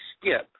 Skip